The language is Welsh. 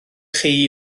chi